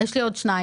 יש לי עוד שלושה.